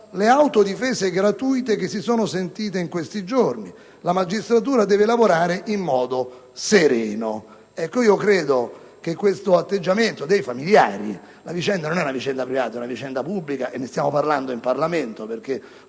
le autodifese gratuite che si sono sentite in questi giorni. La magistratura deve lavorare in modo sereno». Ecco, credo che questo atteggiamento dei familiari - la vicenda non è certo privata, è pubblica, tant'è che ne stiamo parlando in Parlamento, perché